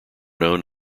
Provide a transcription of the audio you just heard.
known